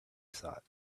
thought